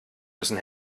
müssen